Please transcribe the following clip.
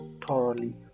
thoroughly